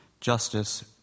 justice